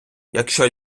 якщо